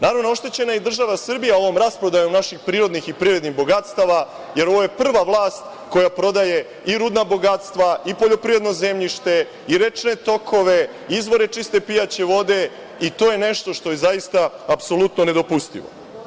Naravno, oštećena je i država Srbija ovom rasprodajom naših prirodnih i privrednih bogatstava jer ovo je prva vlast koja prodaje i rudna bogatstva i poljoprivredno zemljište i rečne tokove, izvore čiste pijaće vode i to je nešto što je zaista apsolutno nedopustivo.